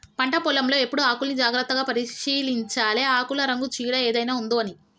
పంట పొలం లో ఎప్పుడు ఆకుల్ని జాగ్రత్తగా పరిశీలించాలె ఆకుల రంగు చీడ ఏదైనా ఉందొ అని